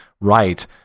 right